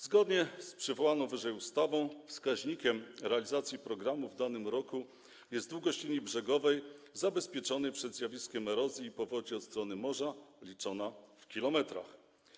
Zgodnie z przywołaną wyżej ustawą wskaźnikiem realizacji programu w danym roku jest długość linii brzegowej zabezpieczonej przed zjawiskami erozji i powodzi od strony morza, liczona w kilometrach.